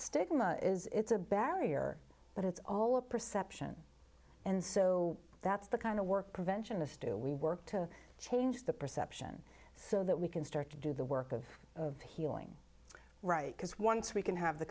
stigma is it's a barrier but it's all a perception and so that's the kind of work prevention of do we work to change the perception so that we can start to do the work of healing right because once we can have the